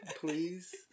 please